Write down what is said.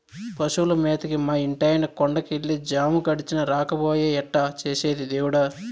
పశువుల మేతకి మా ఇంటాయన కొండ కెళ్ళి జాము గడిచినా రాకపాయె ఎట్టా చేసేది దేవుడా